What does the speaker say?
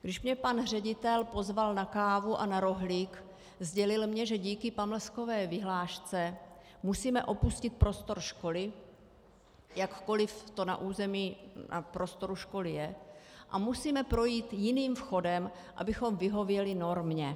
Když mě pan ředitel pozval na kávu a na rohlík, sdělil mi, že díky pamlskové vyhlášce musíme opustit prostor školy, jakkoliv to na území prostoru školy je, a musíme projít jiným vchodem, abychom vyhověli normě.